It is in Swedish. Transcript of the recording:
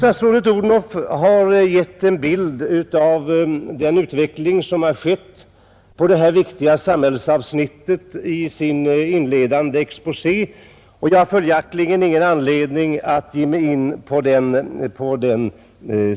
Statsrådet fru Odhnoff har i sin inledande exposé gett en bild av den utveckling som har skett i det viktiga samhällsavsnittet om familjepolitiken och jag har följaktligen ingen anledning att ge mig in på den saken.